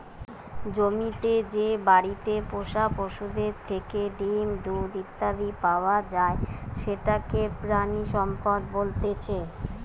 জমিতে যে বাড়িতে পোষা পশুদের থেকে ডিম, দুধ ইত্যাদি পাওয়া যায় সেটাকে প্রাণিসম্পদ বলতেছে